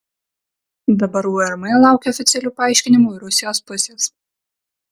dabar urm laukia oficialių paaiškinimų ir rusijos pusės